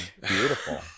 Beautiful